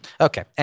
Okay